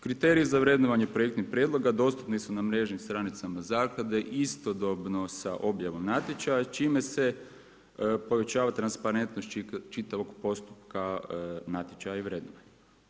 Kriteriji za vrednovanje projektnih prijedloga dostupni su na mrežnim stranicama zaklade istodobno sa objavom natječaja, čime se povećava transparentnost čitavog postupka natječaja i vrednovanja.